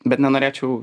bet nenorėčiau